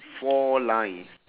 four lines